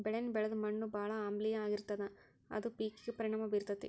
ಬೆಳಿನ ಬೆಳದ ಮಣ್ಣು ಬಾಳ ಆಮ್ಲೇಯ ಆಗಿರತತಿ ಅದ ಪೇಕಿಗೆ ಪರಿಣಾಮಾ ಬೇರತತಿ